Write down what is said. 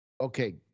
Okay